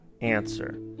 Answer